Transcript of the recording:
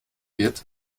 wird